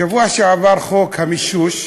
בשבוע שעבר, חוק המישוש,